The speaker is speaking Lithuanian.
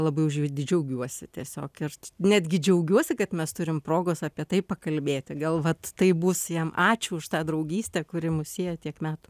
labai už jį džiaugiuosi tiesiog ir netgi džiaugiuosi kad mes turim progos apie tai pakalbėti gal vat taip bus jam ačiū už tą draugystę kuri mus sieja tiek metų